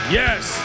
yes